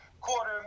quarter